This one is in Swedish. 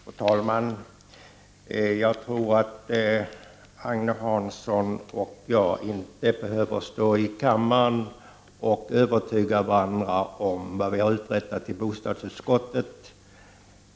Fru talman! Jag tror inte att Agne Hansson och jag behöver stå i kammaren och övertyga varandra om vad vi har uträttat i bostadsutskottet.